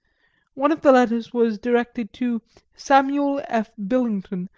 one of the letters was directed to samuel f. billington,